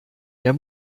der